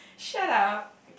shut up